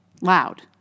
loud